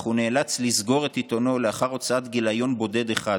אך הוא נאלץ לסגור את עיתונו לאחר הוצאת גיליון בודד אחד.